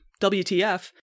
WTF